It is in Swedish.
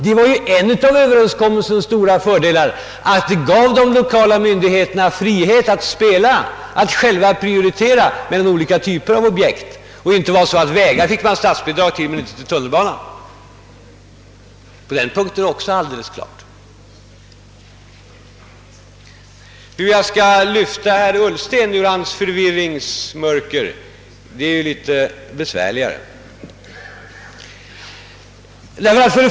Det var ju en av överenskommelsens stora fördelar att den gav de lokala myndigheterna frihet att prioritera olika typer av objekt och att den inte stipulerade att man fick statsbidrag till vä gar men inte till tunnelbana. På den punkten föreligger det inte heller några oklarheter. Att lyfta herr Ullsten ur hans förvirrings mörker är litet besvärligare.